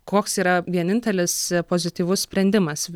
koks yra vienintelis pozityvus sprendimas